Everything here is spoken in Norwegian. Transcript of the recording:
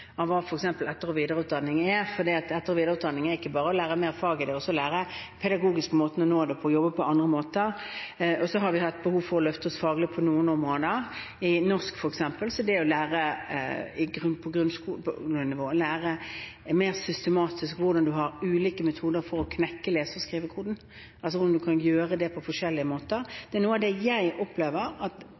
hva f.eks. etter- og videreutdanning er, for etter- og videreutdanning er ikke bare å lære mer fag, det er også å lære den pedagogiske måten å oppnå læring på og å jobbe på andre måter. Vi har hatt behov for å løfte oss faglig på noen områder. I norsk på grunnskolenivå, f.eks., er det å lære mer systematisk at en har ulike metoder for å knekke lese- og skrivekoden, at en kan gjøre det på forskjellige måter. Det er noe av det jeg opplever at